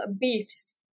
beefs